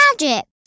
magic